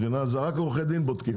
זה רק עורכי דין בודקים.